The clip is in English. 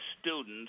students –